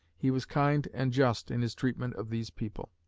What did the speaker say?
he was kind and just in his treatment of these people.